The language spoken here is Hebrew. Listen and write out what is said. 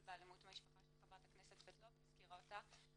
באלימות במשפחה שחברת הכנסת סבטלובה הזכירה אותה,